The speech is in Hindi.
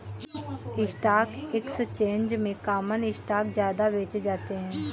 स्टॉक एक्सचेंज में कॉमन स्टॉक ज्यादा बेचे जाते है